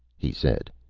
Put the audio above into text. he said.